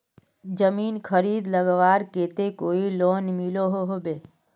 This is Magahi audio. जमीन खरीद लगवार केते कोई लोन मिलोहो होबे?